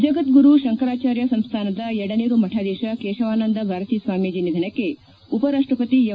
ಜಗದ್ದುರು ಶಂಕರಾಚಾರ್ಯ ಸಂಸ್ಥಾನದ ಯಡನೀರು ಮಠಾಧೀಶ ಕೇಶಾವನಂದ ಭಾರತೀ ಸ್ಲಾಮೀಜಿ ನಿಧನಕ್ಕೆ ಉಪರಾಷ್ಟ ಪತಿ ಎಂ